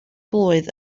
blwydd